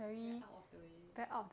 very out of the way